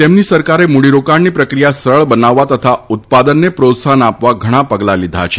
તેમની સરકારે મુડી રોકાણની પ્રક્રિયા સરળ બનાવવા તથા ઉત્પાદનને પ્રોત્સાહન આપવા ઘણા પગલા લીધા છે